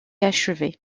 achevés